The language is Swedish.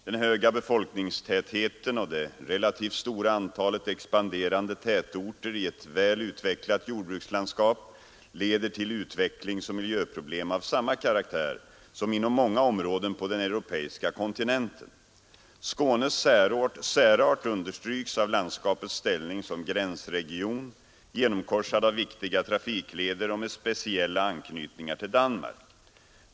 Den höga befolkningstätheten och det relativt stora antalet expanderande tätorter i ett välutvecklat jordbrukslanskap leder till utvecklingsoch miljöproblem av samma karaktär som inom många områden på den europeiska kontinenten. Skånes särart understryks av landskapets ställning som gränsregion, genomkorsad av viktiga trafikleder och med speciella anknytningar till Danmark.